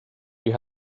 you